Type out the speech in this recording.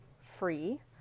free